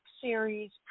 Series